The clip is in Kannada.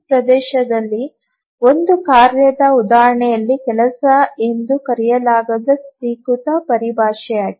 ಈ ಪ್ರದೇಶದಲ್ಲಿ ಒಂದು ಕಾರ್ಯದ ಉದಾಹರಣೆಯನ್ನು ಕೆಲಸ ಎಂದು ಕರೆಯಲಾಗುವ ಸ್ವೀಕೃತ ಪರಿಭಾಷೆಯಾಗಿದೆ